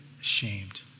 ashamed